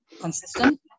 consistent